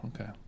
okay